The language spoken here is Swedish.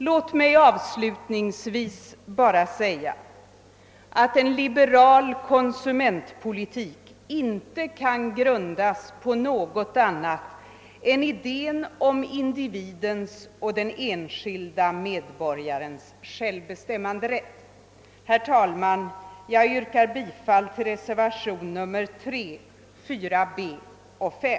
Låt mig avslutningsvis bara säga att en liberal konsumentpolitik inte kan grundas på något annat än idén om individens och den enskilda medborgarens självbestämmanderätt. Herr talman! Jag yrkar bifall till reservationerna 3, 4 b och 5.